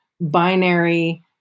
binary